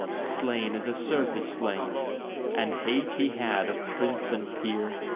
slain as a serf is slain and hate he had of prince and peer,